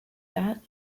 that